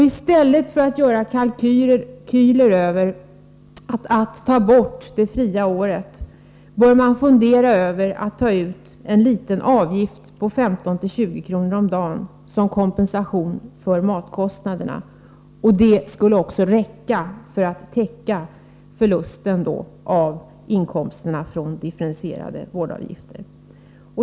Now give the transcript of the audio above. I stället för att göra kalkyler över att ta bort det fria året bör man fundera över att ta ut en liten avgift på 15-20 kr. om dagen, som kompensation för matkostnaderna. Det skulle räcka för att täcka förlusten genom de uteblivna inkomsterna från de differentierade vårdavgifterna.